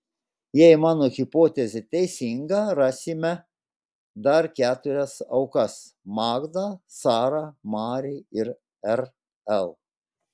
jei mano hipotezė teisinga rasime dar keturias aukas magdą sarą mari ir rl